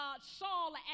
Saul